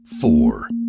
four